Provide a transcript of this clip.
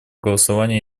голосования